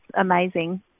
amazing